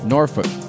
Norfolk